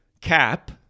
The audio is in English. cap